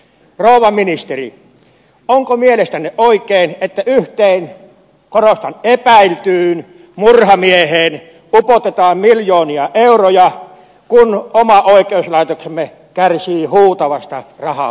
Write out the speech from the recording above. rouva ministeri onko mielestänne oikein että yhteen korostan epäiltyyn murhamieheen upotetaan miljoonia euroja kun oma oikeuslaitoksemme kärsii huutavasta rahapulasta